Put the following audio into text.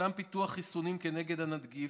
הושלם פיתוח חיסונים נגד הנגיף,